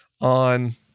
on